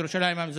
ירושלים המזרחית.